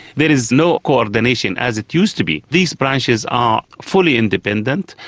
there is no coordination as it used to be. these branches are fully independent,